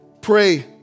Pray